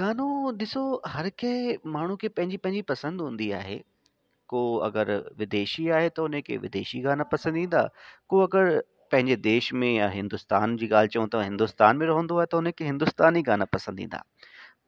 गानो ॾिसो हर कंहिं माण्हू खे पंहिंजी पंहिंजी पसंदि हूंदी आहे कोई अगरि विदेशी आहे त हुन खे विदेशी गाना पसंदि ईंदा कोई अगरि पंहिंजे देश में या हिंदुस्तान जी ॻाल्हि चऊं त हिंदुस्तान में रहंदो आहे त हुनखे हिंदुस्तानी गाना पसंदि ईंदा